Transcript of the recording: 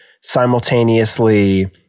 simultaneously